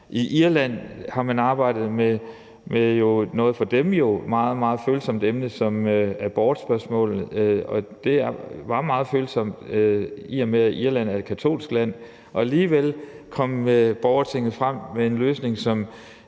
I Irland har man arbejdet med et for dem meget, meget følsomt emne som abortspørgsmålet, og det var meget følsomt, i og med at Irland er et katolsk land, men alligevel kom borgertinget frem med en løsning,